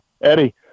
Eddie